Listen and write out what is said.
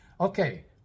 Okay